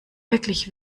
wirklich